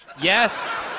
Yes